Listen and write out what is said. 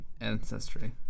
ancestry